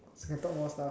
can talk more stuff